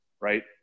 right